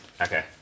okay